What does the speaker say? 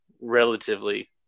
relatively